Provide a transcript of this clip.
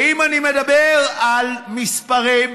ואם אני מדבר על מספרים,